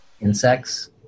insects